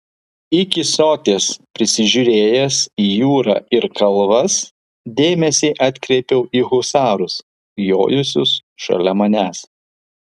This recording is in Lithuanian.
iki soties prisižiūrėjęs į jūrą ir kalvas dėmesį atkreipiau į husarus jojusius šalia manęs